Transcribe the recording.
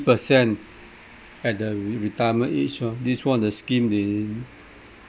percent at the re~ retirement age oh this is one of the scheme they